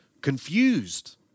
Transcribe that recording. confused